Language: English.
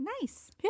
Nice